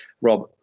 Rob